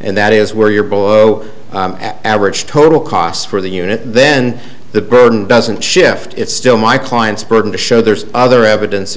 and that is where your bow at average total cost for the unit then the burden doesn't shift it's still my client's burden to show there's other evidence of